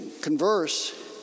converse